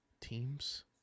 team's